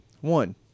One